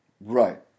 Right